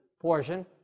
portion